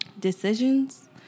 decisions